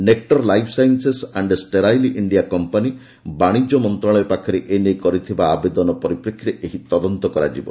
ନେକୁର life sciences and sterile India company ବାଶିଜ୍ୟ ମନ୍ତ୍ରଣାଳୟ ପାଖରେ ଏ ନେଇ କରିଥିବା ଆବେଦନ ପରିପ୍ରେକ୍ଷୀରେ ଏହି ତଦନ୍ତ କରାଯିବ